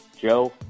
Joe